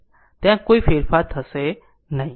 ત્યાં કોઈ ફેરફાર થશે નહીં